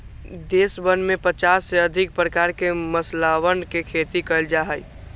देशवन में पचास से अधिक प्रकार के मसालवन के खेती कइल जा हई